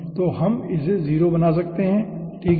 तो हम इसे 0 बना सकते हैं ठीक है